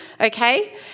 okay